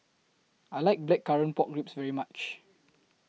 I like Blackcurrant Pork Ribs very much